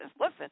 Listen